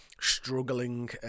struggling